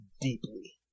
deeply